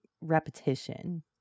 repetition